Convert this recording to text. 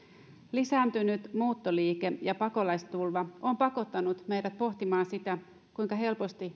lisääntynyt muuttoliike ja pakolaistulva ovat pakottaneet meidät pohtimaan sitä kuinka helposti